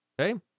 Okay